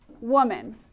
woman